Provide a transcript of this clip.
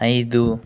ఐదు